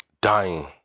Dying